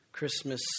Christmas